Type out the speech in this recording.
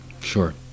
Sure